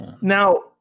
Now